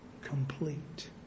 complete